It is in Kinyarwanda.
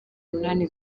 munani